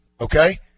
okay